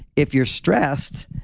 if you're stressed,